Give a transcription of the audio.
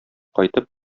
кайтып